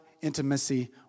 intimacy